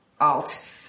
alt